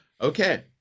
Okay